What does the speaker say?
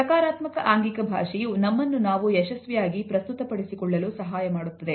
ಸಕಾರಾತ್ಮಕ ಆಂಗಿಕ ಭಾಷೆಯು ನಮ್ಮನ್ನು ನಾವು ಯಶಸ್ವಿಯಾಗಿ ಪ್ರಸ್ತುತ ಪಡಿಸಿಕೊಳ್ಳಲು ಸಹಾಯ ಮಾಡುತ್ತದೆ